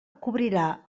cobrirà